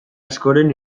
askoren